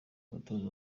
umutoza